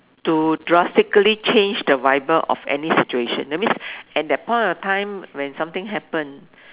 to drastically change the vibe of any situation that means at that point of time when something happen